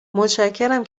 متشکرم